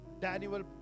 Daniel